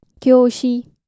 Kyoshi